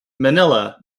manila